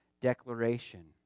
declaration